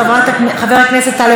חברת הכנסת עליזה לביא,